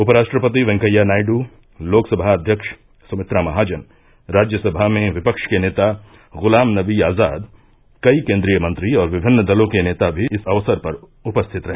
उप्राष्ट्रपति वेंकैया नायड लोकसभा अध्यक्ष सुमित्रा महाजन राज्यसभा में विपक्ष के नेता गुलाम नबी आजाद कई केन्द्रीय मंत्री और विभिन्न दलों के नेता भी इस अवसर पर उपस्थित रहे